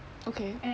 okay